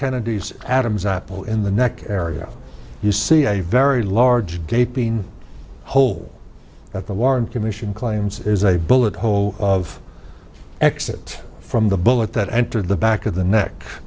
kennedy's adam's apple in the neck area you see a very large gaping hole that the warren commission claims is a bullet hole of exit from the bullet that entered the back of the neck